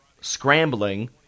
scrambling